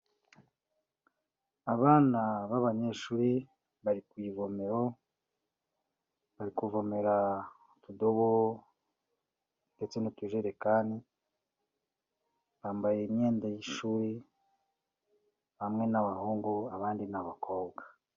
Abana b'abanyeshuri bari ku ivomero, bari kuvomera utudobo ndetse n'utujerekani, bambaye imyenda y'ishuri, bamwe ni abahungu abandi ni abakobwa.